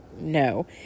no